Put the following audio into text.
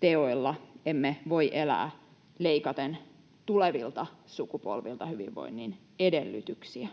teoilla. Emme voi elää leikaten tulevilta sukupolvilta hyvinvoinnin edellytyksiä.